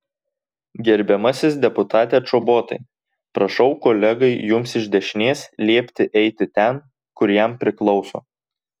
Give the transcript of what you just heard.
gerbiamasis deputate čobotai prašau kolegai jums iš dešinės liepti eiti ten kur jam priklauso